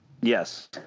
Yes